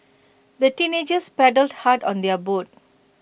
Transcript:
the teenagers paddled hard on their boat